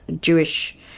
Jewish